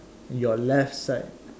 your left side